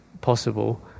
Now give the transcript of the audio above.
possible